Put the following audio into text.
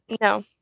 No